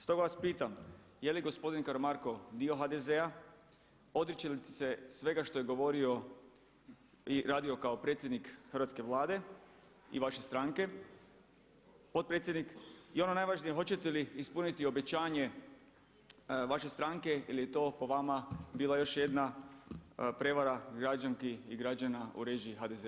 Stoga vas pitam je li gospodin Karamarko dio HDZ-a, odričete li ste svega što je govorio i radio kao predsjednik Hrvatske vlade i vaše strane, potpredsjednik i ono najvažnije hoćete li ispuniti obećanje vaše stranke jer je to po vama bila još jedna prevara građanki i građana u režiji HDZ-a.